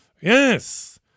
Yes